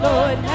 Lord